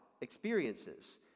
experiences